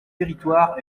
territoires